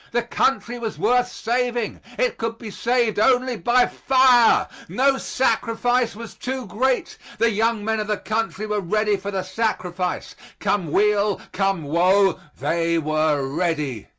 the country was worth saving it could be saved only by fire no sacrifice was too great the young men of the country were ready for the sacrifice come weal, come woe, they were ready.